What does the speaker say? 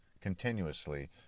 continuously